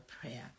prayer